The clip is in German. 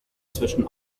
zwischen